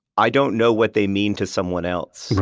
i don't know what they mean to someone else.